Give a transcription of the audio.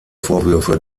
vorwürfe